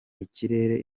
ikirere